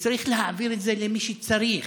וצריך להעביר את זה למי שצריך,